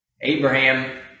Abraham